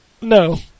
No